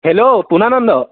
hello Punananda